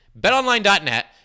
BetOnline.net